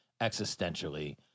existentially